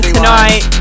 tonight